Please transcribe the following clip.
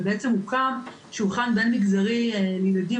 ובעצם הוקם שולחן בין-מגזרי לילדים